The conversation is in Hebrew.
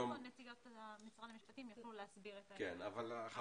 נציגי משרד המשפטים יוכלו להסביר את העניין.